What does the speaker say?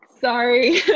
Sorry